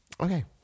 okay